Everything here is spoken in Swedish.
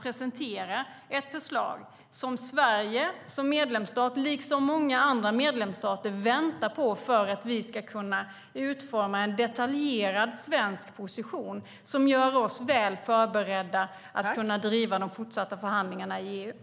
Det är ett förslag som Sverige, liksom många andra medlemsstater, väntar på för att vi ska kunna utforma en detaljerad svensk position som gör oss väl förberedda att driva de fortsatta förhandlingarna i EU.